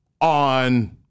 on